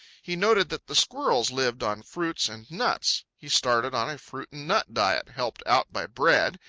he noted that the squirrels lived on fruits and nuts. he started on a fruit-and-nut diet, helped out by bread,